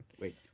Wait